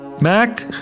Mac